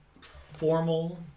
formal